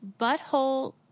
Butthole